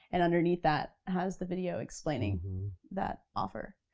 and underneath that has the video explaining that offer,